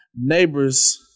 neighbors